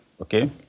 okay